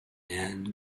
and